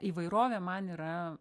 įvairovė man yra